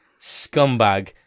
scumbag